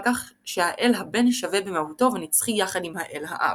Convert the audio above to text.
כך שהאל הבן שווה במהותו ונצחי יחד עם האב.